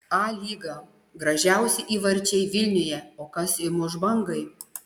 a lyga gražiausi įvarčiai vilniuje o kas įmuš bangai